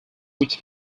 which